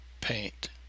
paint